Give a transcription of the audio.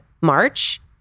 March